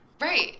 Right